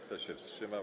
Kto się wstrzymał?